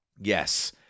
yes